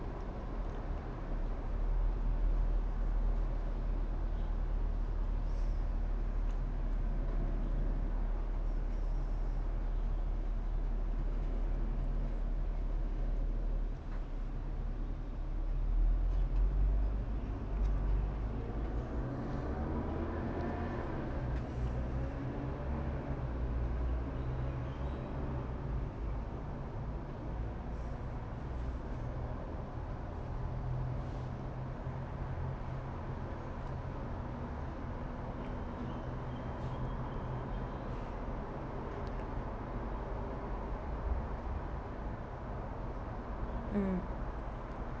mm